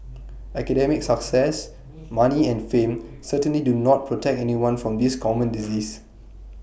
academic success money and fame certainly do not protect anyone from this common disease